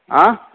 आं